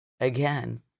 again